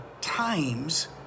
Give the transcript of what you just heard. times